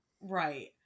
Right